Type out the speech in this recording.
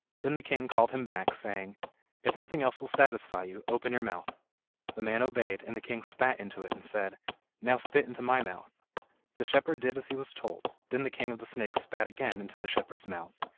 then the king called him back, saying if nothing else will satisfy you, open your mouth the man obeyed, and the king spat into it, and said now spit into my mouth the shepherd did as he was told, then the king of the snakes spat again into the shepherd's mouth.